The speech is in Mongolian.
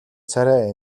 царай